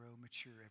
mature